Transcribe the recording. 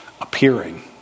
appearing